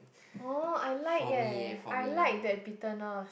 oh I like eh I like that bitterness